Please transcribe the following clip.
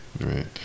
right